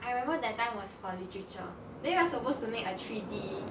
I remember that time was for literature then we are supposed to make a three D